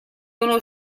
uno